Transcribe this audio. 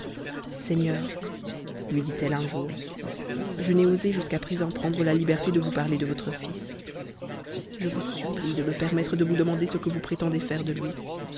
seigneur lui dit-elle un jour je n'aies jusqu'à présent prendre la liberté de vous parler de votre fils je vof supplie de me permettre de vous demander ce que vous prétendez fa j un